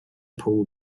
paula